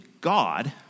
God